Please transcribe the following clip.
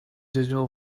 digital